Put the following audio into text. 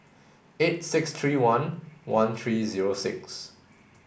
eight six three one one three zero six